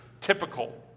typical